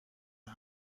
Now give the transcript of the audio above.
است